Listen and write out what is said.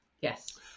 Yes